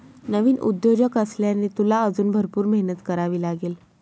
नवीन उद्योजक असल्याने, तुला अजून भरपूर मेहनत करावी लागेल